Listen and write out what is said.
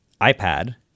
ipad